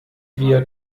wir